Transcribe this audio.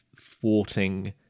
thwarting